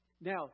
Now